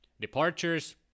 Departures